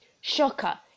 shocker